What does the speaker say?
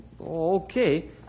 Okay